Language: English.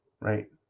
right